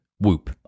Whoop